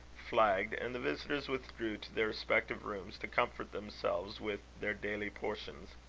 flagged, and the visitors withdrew to their respective rooms, to comfort themselves with their daily portions.